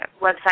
website